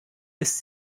ist